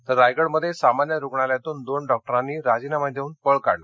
तर रायगडमध्ये सामान्य रुग्णालयातून दोन डॉक्टरांनी राजीनामे देऊन पळ काढला